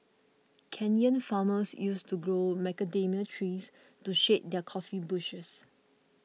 Kenyan farmers used to grow macadamia trees to shade their coffee bushes